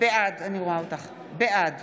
בעד יוליה מלינובסקי, בעד